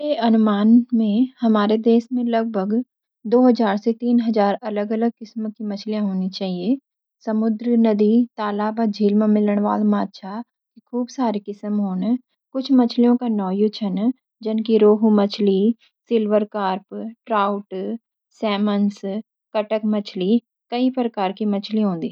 हमारा देश म लगभग तेरह सौ सी चौदह सौ प्रकार की अलग अलग पक्षी मिलदी न। ये छ एक मोटा अंदाजा व्हाई हिंदुस्तान म बग्वाल, राजुला, मोर, गिद्ध, बुलबुल, कौआ, हंस, बटेर, बुरांश, तीतर पक्षी फेमस छन। कुछ पक्षी दूर दूर का देशों सी भी उड़ी के आया छन खासकर की सर्दी टाइम मा।